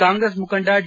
ಕಾಂಗ್ರೆಸ್ ಮುಖಂಡ ಡಿ